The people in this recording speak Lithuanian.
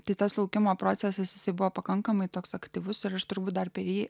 tik tas laukimo procesas visi buvo pakankamai toks aktyvus ir aš turbūt dar per jį